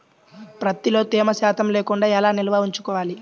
ప్రత్తిలో తేమ శాతం లేకుండా ఎలా నిల్వ ఉంచుకోవాలి?